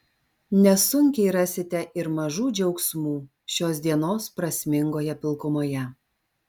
nesunkiai rasite ir mažų džiaugsmų šios dienos prasmingoje pilkumoje